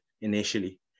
initially